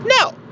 No